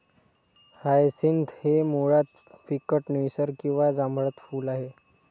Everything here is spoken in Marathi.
हायसिंथ हे मुळात फिकट निळसर किंवा जांभळट फूल आहे